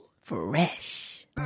Fresh